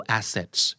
assets